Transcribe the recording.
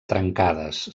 trencades